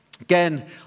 Again